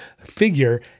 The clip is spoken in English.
figure